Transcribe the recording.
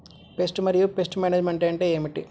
Pest మరియు pest management అంటే ఏమిటి?